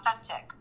Authentic